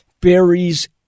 berries